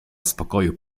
spokoju